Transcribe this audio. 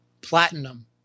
platinum